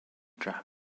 drab